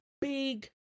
big